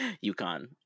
Yukon